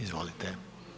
Izvolite.